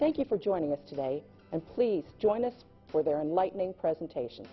thank you for joining us today and please join us for their lightning presentation